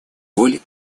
роль